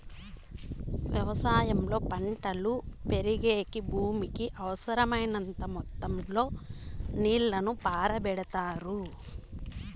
వ్యవసాయంలో పంటలు పెరిగేకి భూమికి అవసరమైనంత మొత్తం లో నీళ్ళను పారబెడతారు